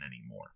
anymore